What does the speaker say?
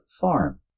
Farm